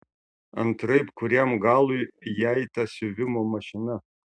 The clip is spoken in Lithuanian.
antraip kuriam galui jai ta siuvimo mašina